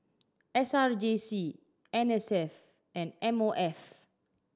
S R J C N S F and M O F